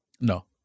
No